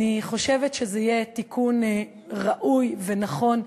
אני חושבת שזה יהיה תיקון ראוי ונכון,